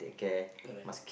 correct